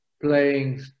playing